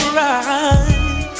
right